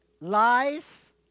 Lies